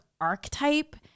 archetype